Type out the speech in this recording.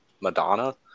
Madonna